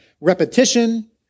repetition